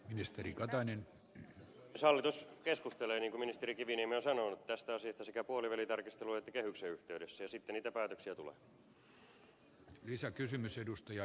hallitus keskustelee niin kuin ministeri kiviniemi on sanonut tästä asiasta sekä puolivälitarkastelun että kehyksen yhteydessä ja sitten niitä päätöksiä tulee